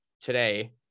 today